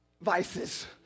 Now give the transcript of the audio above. vices